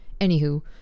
Anywho